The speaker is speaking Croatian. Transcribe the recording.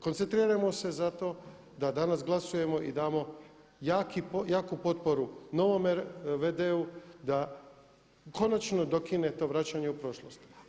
Koncentrirajmo se zato da danas glasujemo i damo jaku potporu novome v.d.-u da konačno dokine to vraćanje u prošlost.